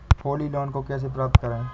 Holi loan को कैसे प्राप्त करें?